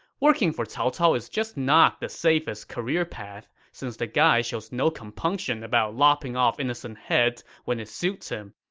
working for cao cao is just not the safest career path, since the guy shows no compunction about lopping lopping off innocent heads when it suits him.